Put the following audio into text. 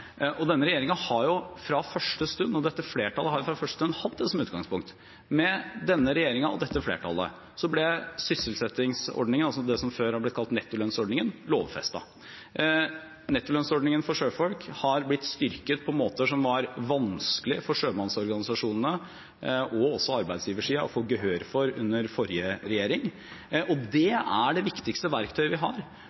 og dette flertallet har jo fra første stund hatt det som utgangspunkt. Med denne regjeringen og dette flertallet ble sysselsettingsordningen, det som før ble kalt nettolønnsordningen, lovfestet. Nettolønnsordningen for sjøfolk har blitt styrket på måter som var vanskelig for sjømannsorganisasjonene, og også arbeidsgiversiden, å få gehør for under forrige regjering. Det er det